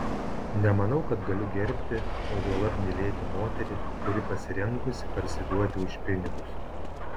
nemanau kad galiu gerbti o juolab mylėti moterį kuri pasirengusi parsiduoti už pinigus